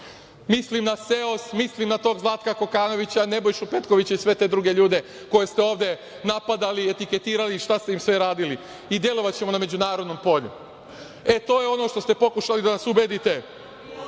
Mislim na SEOS, mislim na tog Zlatka Kokanovića, Nebojšu Petkovića i sve te druge ljude koje ste ovde napadali, etiketirali, šta ste im sve radili i delovaćemo na međunarodnom polju. To je ono što ste pokušali da nas ubedite.